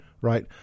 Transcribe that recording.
right